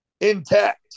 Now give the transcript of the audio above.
intact